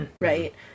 Right